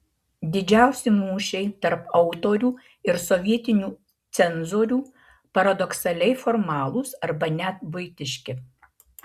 didžiausi mūšiai tarp autorių ir sovietinių cenzorių paradoksaliai formalūs arba net buitiški